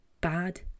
bad